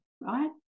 right